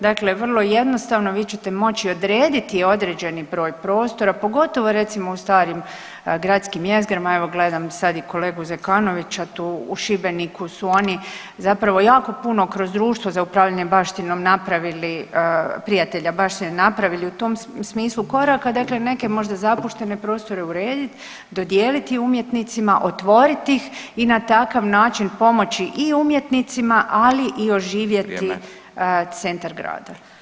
Dakle, vrlo jednostavno vi ćete moći odrediti određeni broj prostora pogotovo recimo u starim gradskim jezgrama, evo gledam sad i kolegu Zekanovića tu u Šibeniku su oni zapravo jako puno kroz društvo za upravljanje baštinom napravili prijatelja baštine napravili u tom smislu koraka, dakle neke možda zapuštene prostore urediti, dodijeliti umjetnicima, otvorit ih i na takav način pomoći i umjetnicima, ali i oživjeti [[Upadica: Vrijeme.]] centar grada.